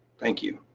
thank you.